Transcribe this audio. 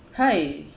hi